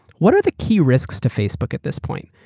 what are the key risks to facebook at this point?